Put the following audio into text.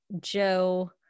Joe